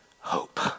hope